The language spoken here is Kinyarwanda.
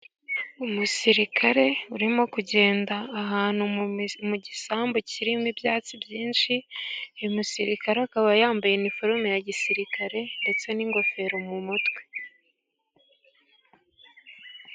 Umusirikare urimo kugenda ahantu mu gisambu kirimo ibyatsi byinshi, uyu musirikare akaba yambaye iniforume ya gisirikare, ndetse n'ingofero mu mutwe.